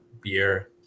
beer